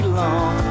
long